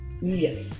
Yes